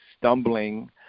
stumbling